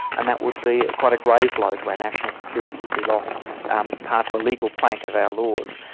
and that would be quite a grave blow to our national security if we lost um part of the legal plank of our laws.